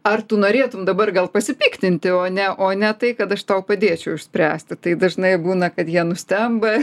ar tu norėtum dabar gal pasipiktinti o ne o ne tai kad aš tau padėčiau išspręsti tai dažnai būna kad jie nustemba